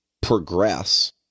progress